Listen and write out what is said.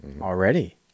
already